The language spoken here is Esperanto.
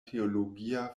teologia